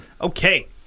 Okay